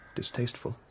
distasteful